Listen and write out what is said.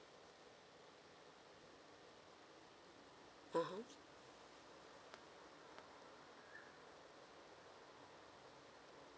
(uh huh)